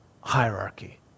hierarchy